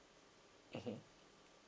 mmhmm